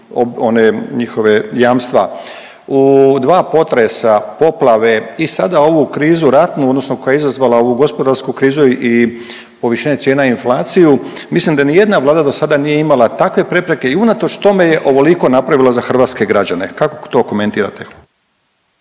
one njihove jamstva, u dva potresa, poplave i sada ovu krizu ratnu odnosno koja je izazvala ovu gospodarsku krizu i povišenja cijena i inflaciju, mislim da nijedna Vlada do sada nije imala takve prepreke i unatoč tome je ovoliko napravila za hrvatske građane. Kako to komentirate?